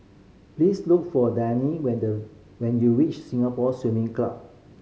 please look for Dianne when you reach Singapore Swimming Club